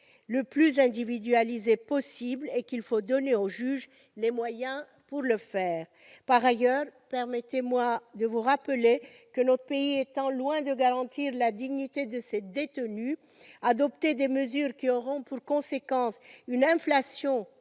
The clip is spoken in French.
le plus individualisée possible et qu'il faut donner aux juges les moyens pour ce faire. Par ailleurs, permettez-moi de vous rappeler que, notre pays étant loin de garantir la dignité de ses détenus, adopter des mesures qui auront pour conséquence une aggravation